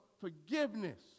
forgiveness